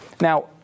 Now